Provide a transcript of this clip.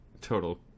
total